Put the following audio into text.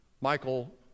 Michael